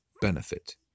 benefit